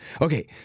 Okay